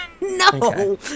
No